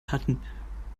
hatten